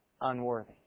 unworthy